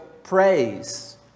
Praise